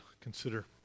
consider